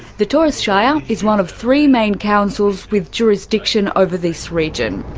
the torres shire is one of three main councils with jurisdiction over this region.